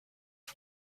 iri